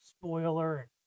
spoiler